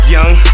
Young